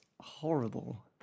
horrible